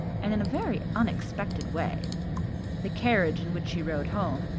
and in a very unexpected way the carriage in which she rode home,